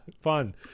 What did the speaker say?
fun